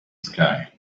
sky